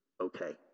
Okay